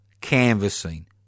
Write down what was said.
canvassing